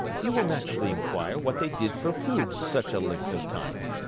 you will naturally inquire what they did for food such a length of time?